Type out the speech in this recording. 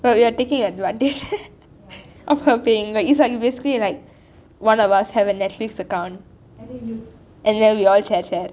but we are taking advantage of her payment it's like basically like one of us have a netflix account and then we all share that